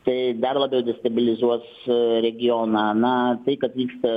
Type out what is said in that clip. tai dar labiau destabilizuos regioną na tai kad vyksta